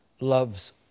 loves